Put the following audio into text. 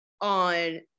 on